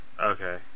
Okay